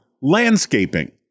Landscaping